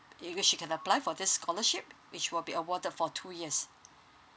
you cou~ she can apply for this scholarship which will be awarded for two years